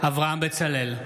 אברהם בצלאל,